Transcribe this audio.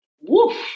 woof